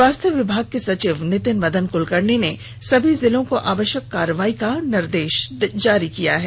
स्वास्थ्य विभाग के सचिव नितिन मदन कुलकर्णी ने सभी जिलों को आवश्यक कार्रवाई के लिए निर्देश जारी किया है